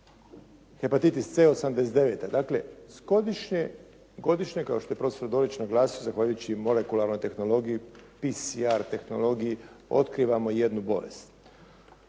hepatitis C '89. Dakle, godišnje kao što je prof. Dorić naglasio zahvaljujući molekularnoj tehnologiji, PSR tehnologiji otkrivamo jednu bolest.